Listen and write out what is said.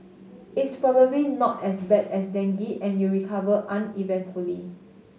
it's probably not as bad as dengue and you recover uneventfully